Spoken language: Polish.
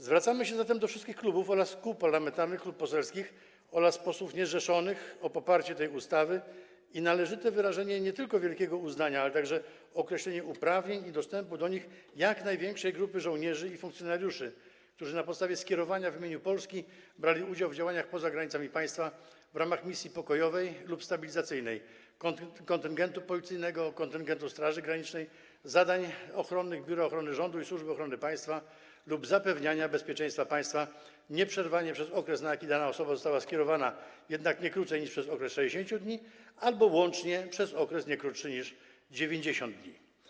Zwracamy się zatem do wszystkich klubów oraz kół parlamentarnych, klubów poselskich oraz posłów niezrzeszonych o poparcie tej ustawy i nie tylko należyte wyrażenie wielkiego uznania, ale także określenie uprawnień i dostępu do nich jak największej grupy żołnierzy i funkcjonariuszy, którzy na podstawie skierowania w imieniu Polski brali udział w działaniach poza granicami państwa w ramach misji pokojowej lub stabilizacyjnej, kontyngentu policyjnego, kontyngentu Straży Granicznej, w ramach wypełniania zadań ochronnych Biura Ochrony Rządu i Służby Ochrony Państwa lub zapewniania bezpieczeństwa państwa nieprzerwanie przez okres, na jaki dane osoby zostały tam skierowane, jednak nie krócej niż przez 60 dni albo łącznie przez okres nie krótszy niż 90 dni.